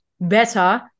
better